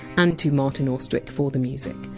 and to martin austwick for the music.